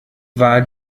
war